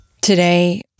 Today